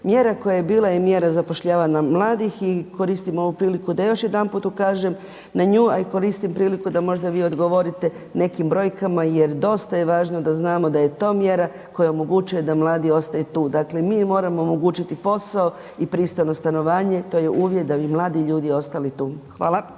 Mjera koja je bila je mjera zapošljavanja mladih i koristim ovu priliku da još jedanput ukažem na nju, a i koristim priliku da možda vi odgovorite nekim brojkama jer dosta je važno da znamo da je to mjera koja omogućuje da mladi ostaju tu. Dakle, mi moramo omogućiti posao i pristojno stanovanje. To je uvjet da bi mladi ljudi ostali tu. Hvala.